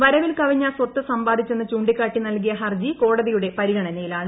വരവിൽകവിഞ്ഞ സ്വത്ത് സമ്പാദിച്ചെന്ന് ചൂണ്ടിക്കാട്ടി നൽകിയ ഹർജി കോടതിയുടെ പരിഗണനയിലാണ്